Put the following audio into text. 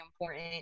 important